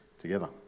together